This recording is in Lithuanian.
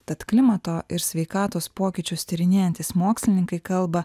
tad klimato ir sveikatos pokyčius tyrinėjantys mokslininkai kalba